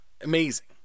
amazing